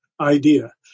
idea